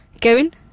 Kevin